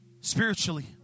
spiritually